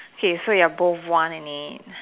K so you're both one and eight